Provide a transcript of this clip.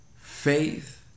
faith